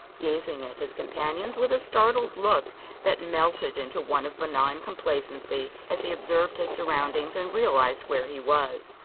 gazing at his companions with a startled look that melted into one of benign complacency as he observed his surroundings and realized where he was.